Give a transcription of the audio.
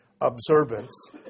observance